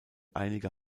einige